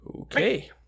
okay